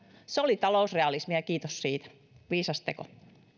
se oli talousrealismia kiitos siitä viisas teko